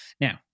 Now